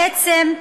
בעצם,